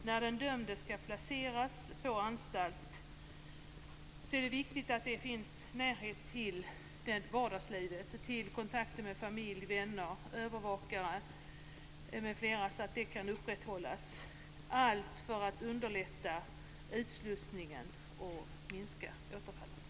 När den dömde skall placeras på anstalt är det viktigt att det finns närhet till vardagslivet, så att kontakter med familj, vänner, övervakare m.fl. kan upprätthållas. Allt detta skall göras för att underlätta utslussningen och minska antalet återfall.